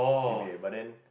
G_P_A but then